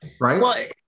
right